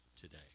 today